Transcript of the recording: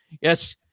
yes